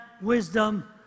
wisdom